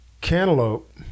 Cantaloupe